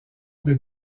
des